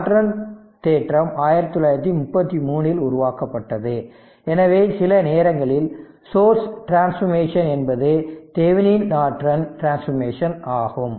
Norton தேற்றம் 1933 இல் உருவாக்கப்பட்டது எனவே சில நேரங்களில் சோர்ஸ் டிரன்ஸ்பாமேஷன் என்பது தெவெனின் நார்டன் டிரன்ஸ்பாமேஷன் ஆகும்